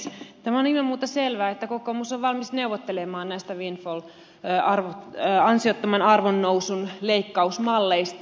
tämä on ilman muuta selvää että kokoomus on valmis neuvottelemaan näistä windfall malleista ansiottoman arvonnousun leikkausmalleista